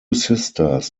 sisters